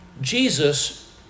Jesus